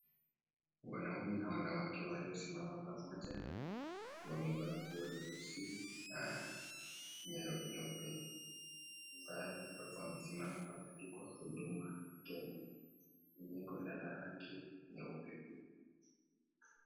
Wanaume na wanawake walio simama pamoja, wamevaa nguo nyeusi na nyeupe, wamesimama kwenye huduma Kenya lenye rangi nyeupe.